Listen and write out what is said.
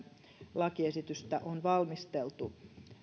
lakiesitystä on valmisteltu